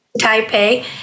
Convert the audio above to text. taipei